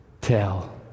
tell